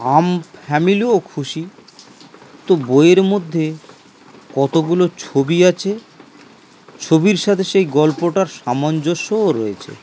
আম ফ্যামিলিও খুশি তো বইয়ের মধ্যে কতগুলো ছবি আছে ছবির সাথে সেই গল্পটার সামঞ্জস্যও রয়েছে